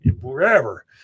wherever